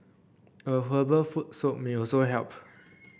a herbal foot soak may also help